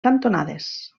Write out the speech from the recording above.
cantonades